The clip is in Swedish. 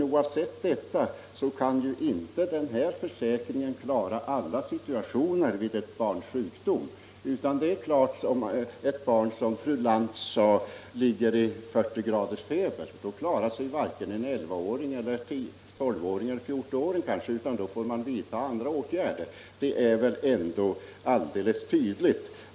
Oavsett detta kan inte föräldraförsäkringen klara alla situationer vid ett barns sjukdom. Om ett barn, som fru Lantz sade, ligger i 40 graders feber, då måste barnet ha tillsyn — det må sedan gälla en elvaåring, en tolvåring eller kanske t.o.m. en fjortonåring. Då får man vidta andra åtgärder — det är alldeles tydligt.